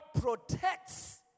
protects